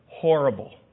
horrible